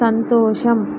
సంతోషం